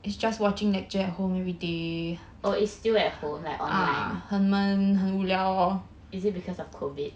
oh is still at home like online is it because of COVID